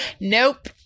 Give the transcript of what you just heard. Nope